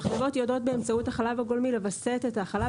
המכונות יודעות באמצעות החלב הגולמי לווסת את החלב